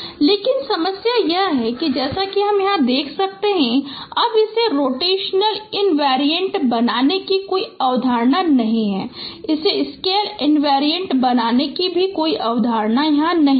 लेकिन समस्या यह है कि जैसा कि हम देख सकते हैं कि अब इसे रोटेशनल इनवेरिएंट बनाने की कोई अवधारणा नहीं है इसे स्केल इनवेरिएंट बनाने की कोई अवधारणा नहीं है